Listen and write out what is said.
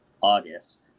August